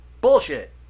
Bullshit